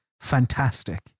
fantastic